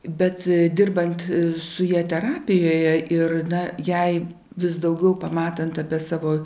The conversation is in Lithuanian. bet dirbant su ja terapijoje ir na jai vis daugiau pamatant apie savo